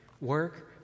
Work